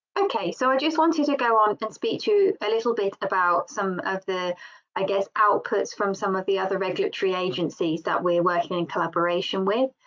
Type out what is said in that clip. okay, so i just wanted to go on and speak to a little bit about some of the i guess outputs from some of the other regulatory agencies that we're working in collaboration with,